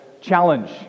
challenge